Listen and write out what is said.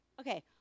okay